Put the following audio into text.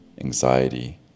Anxiety